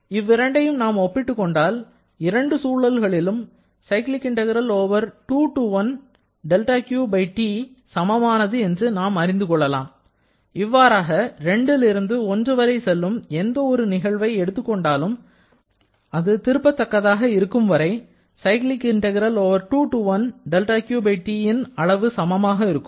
இவ்விரண்டையும் நாம் ஒப்பிட்டு கொண்டால் இரண்டு சூழல்களிலும்சமமானது என்று நாம் அறிந்து கொள்ளலாம் இவ்வாறாக 2ல் இருந்து 1 வரை செல்லும் எந்த ஒரு நிகழ்வை எடுத்துக் கொண்டாலும் அது திரும்ப தக்கதாக இருக்கும் வரை ன் அளவு சமமாக இருக்கும்